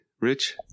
Rich